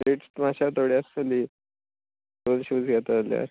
rates मातश्या थोडे आसतली तो शूज घेता जाल्यार